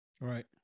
right